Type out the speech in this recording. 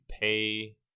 pay